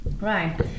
Right